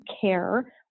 care